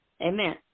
Amen